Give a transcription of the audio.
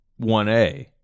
1A